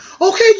Okay